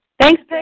thanks